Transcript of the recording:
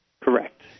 Correct